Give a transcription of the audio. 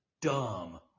dumb